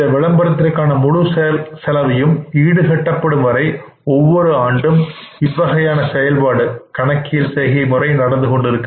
இந்த விளம்பரத்திற்கான முழு செலவையும் ஈடு கட்டப்படும் வரை ஒவ்வொரு ஆண்டும் இவ்வகையான செயல்பாடு கணக்கியல் செய்கை முறை நடந்துகொண்டிருக்கும்